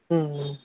ம் ம்